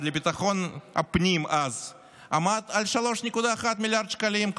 לביטחון הפנים עמד על 3.1 מיליארד שקלים.